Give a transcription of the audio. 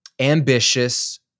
ambitious